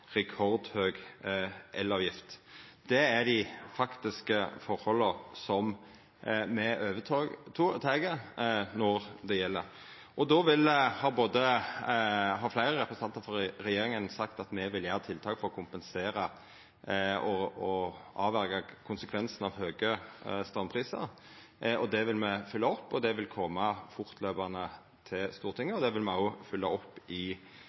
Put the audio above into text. rekordhøg elavgift. Det er dei faktiske forholda som me no overtek. Fleire representantar frå regjeringspartia har sagt at me vil gjera tiltak for å kompensera og avverja konsekvensane av høge straumprisar. Det vil me fylgja opp, det vil koma fortløpande til Stortinget, og det vil me òg fylgja opp i